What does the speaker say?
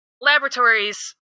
laboratories